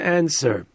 answer